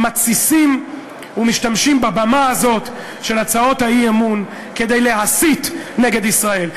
הם מתסיסים ומשתמשים בבמה הזאת של הצעות האי-אמון כדי להסית נגד ישראל.